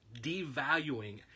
devaluing